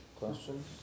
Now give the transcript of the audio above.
Questions